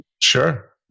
Sure